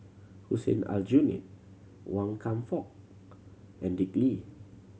Hussein Aljunied Wan Kam Fook and Dick Lee